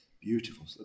beautiful